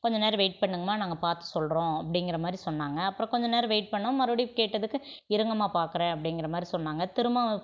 கொஞ்ச நேரம் வெயிட் பண்ணுங்கம்மா நாங்க ள் பார்த்து சொல்கிறோம் அப்படிங்கிற மாதிரி சொன்னாங்க அப்புறம் கொஞ்ச நேரம் வெயிட் பண்ணோம் மறுபடி கேட்டதுக்கு இருங்கம்மா பார்க்குறேன் அப்படிங்கிற மாதிரி சொன்னாங்க திரும்ப